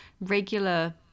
regular